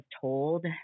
told